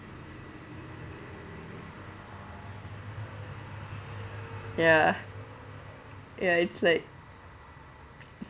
ya ya it's like